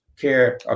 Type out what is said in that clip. care